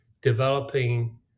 developing